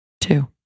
Two